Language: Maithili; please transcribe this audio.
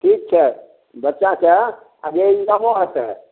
ठीक छै बच्चाके आब एक्जामो होयतै